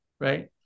Right